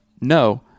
no